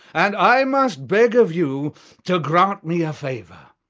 and i must beg of you to grant me a favour.